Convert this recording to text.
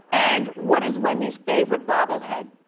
and what is wendy's favorite bobble head.